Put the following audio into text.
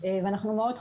ואנחנו מאוד חוששים.